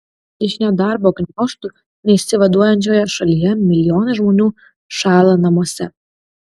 iš nedarbo gniaužtų neišsivaduojančioje šalyje milijonai žmonių šąla namuose